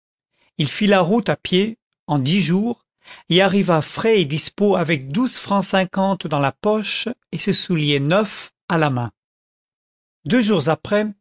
il fit la route à pied en dix jours et arriva frais et dispos avec douze francs cinquante dans la poche et ses souliers neufs à la main deux jours après